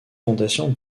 fondation